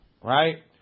right